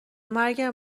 مرگم